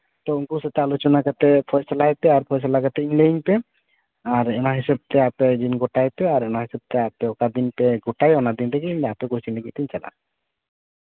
ᱛᱚ ᱩᱱᱠᱩ ᱥᱟᱶᱛᱮ ᱟᱞᱳᱪᱚᱱᱟ ᱠᱟᱛᱮ ᱯᱷᱚᱭᱥᱚᱞᱟᱭ ᱯᱮ ᱟᱨ ᱯᱷᱚᱭᱥᱚᱞᱟ ᱠᱟᱛᱮ ᱤᱧ ᱞᱟᱹᱭᱤᱧ ᱯᱮ ᱟᱨ ᱚᱱᱟ ᱦᱤᱥᱟᱹᱵᱽ ᱛᱮ ᱟᱯᱮ ᱫᱤᱱ ᱜᱚᱴᱟᱭ ᱯᱮ ᱟᱨ ᱚᱱᱟ ᱦᱤᱥᱟᱹᱵᱽ ᱛᱮ ᱟᱯᱮ ᱚᱠᱟ ᱫᱤᱱ ᱯᱮ ᱜᱚᱴᱟᱭ ᱚᱱᱟ ᱫᱤᱱ ᱨᱮᱜᱮ ᱟᱯᱮ ᱤᱧ ᱠᱳᱪᱤᱝ ᱞᱟᱹᱜᱤᱫ ᱛᱤᱧ ᱪᱟᱞᱟᱼᱟ